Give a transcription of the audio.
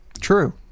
True